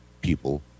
people